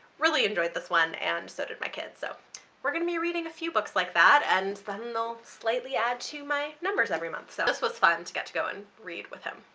really enjoyed this one and so did my kid. so we're gonna be reading a few books like that and then they'll slightly add to my numbers every month. so this was fun to get to go and read with him.